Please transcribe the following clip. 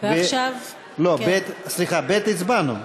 (ב) הצבענו.